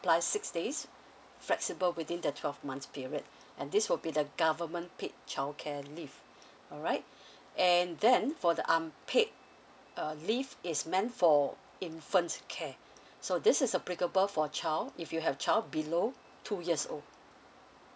apply six days flexible within the twelve months period and this will be the government paid childcare leave alright and then for the unpaid uh leave it's meant for infant care so this is applicable for child if you have child below two years old